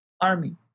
army